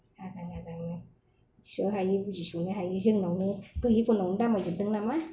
आजां गाजां मिथिस हायि बुजिस'नो हायि जोंनावनो गैयिफोरनावनो नामाय जोबदों नामा